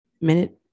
minute